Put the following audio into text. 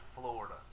Florida